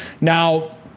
Now